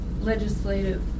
legislative